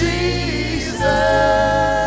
Jesus